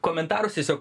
komentarus tiesiog